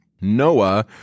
Noah